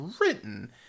written